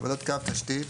"עבודות קו תשתית"